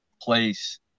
place